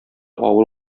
авыр